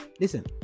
Listen